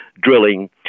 drilling